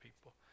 people